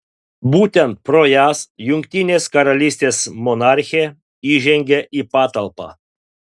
būtent pro jas jungtinės karalystės monarchė įžengia į patalpą